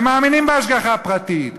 הם מאמינים בהשגחה הפרטית.